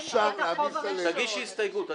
ואם הוא שילם את החוב הראשון --- תגישי הסתייגות.